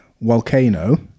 volcano